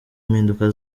mpinduka